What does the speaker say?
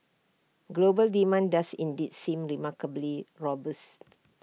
global demand does indeed seem remarkably robust